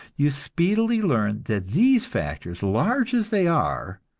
you speedily learn that these factors, large as they are,